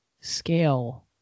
scale